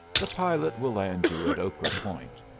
the pilot will land you at okra point.